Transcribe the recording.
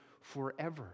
forever